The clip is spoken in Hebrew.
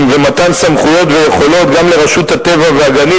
ומתן סמכויות ויכולות גם לרשות הטבע והגנים,